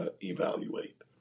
evaluate